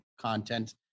content